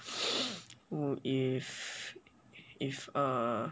if if uh